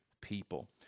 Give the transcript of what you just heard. people